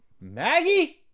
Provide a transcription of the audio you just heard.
Maggie